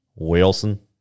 Wilson